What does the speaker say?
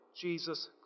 Jesus